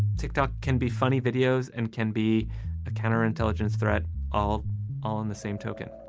tick-tock can be funny videos and can be a counterintelligence threat all all on the same token